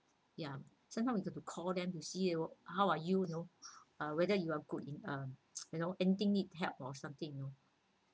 ya somehow into the call them to see how are you know or whether you are good in um you know anything need help or something you know